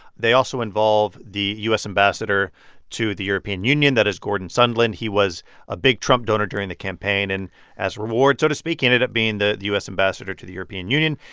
they also involve the u s. ambassador to the european union. that is gordon sondland. he was a big trump donor during the campaign. and as a reward, so to speak, he ended up being the u s. ambassador to the european union.